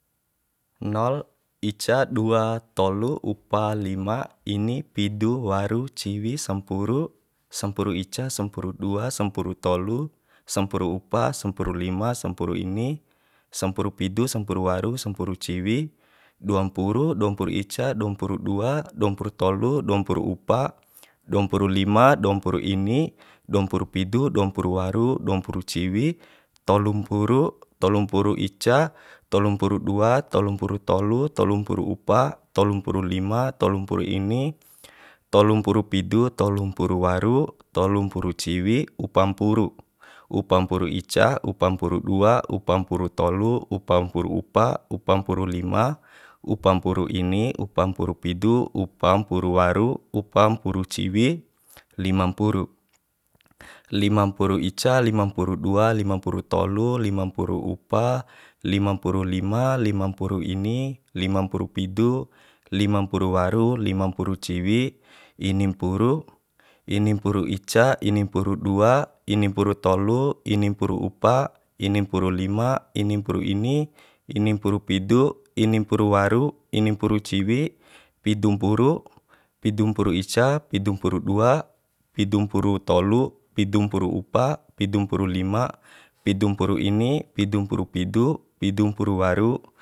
Nol ica dua tolu upa lima ini pidu waru ciwi sampuru sampuru ica sampuru dua sampuru tolu sampuru upa sampuru lima sampuru ini sampuru pidu sampuru waru sampuru ciwi dua mpuru dua mpuru ica dua mpuru dua dua mpuru tolu dua mpuru upa dua mpuru lima dua mpuru ini dua mpuru pidu dua mpuru waru dua mpuru ciwi tolu mpuru tolu mpuru ica tolu mpuru dua tolu mpuru tolu tolu mpuru upa tolu mpuru lima tolu mpuru ini tolu mpuru pidu tolu mpuru waru tolu mpuru ciwi upa mpuru upa mpuru ica upa mpuru dua upa mpuru tolu upa mpuru upa upa mpuru lima upa mpuru ini upa mpuru pidu upa mpuru waru upa mpuru ciwi lima mpuru lima mpuru ica lima mpuru dua lima mpuru tolu lima mpuru upa lima mpuru lima lima mpuru ini lima mpuru pidu lima mpuru waru lima mpuru ciwi ini mpuru ini mpuru ica ini mpuru dua ini mpuru tolu ini mpuru upa ini mpuru lima ini mpuru ini ini mpuru pidu ini mpuru waru ini mpuru ciwi pidu mpuru pidu mpuru ica pidu mpuru dua pidu mpuru tolu pidu mpuru upa pidu mpuru lima pidu mpuru ini pidu mpuru pidu pidu mpuru waru